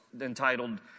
entitled